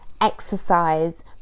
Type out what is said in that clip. exercise